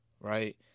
right